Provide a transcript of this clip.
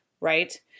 right